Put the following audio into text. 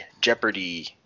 Jeopardy